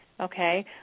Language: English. okay